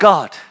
God